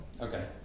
Okay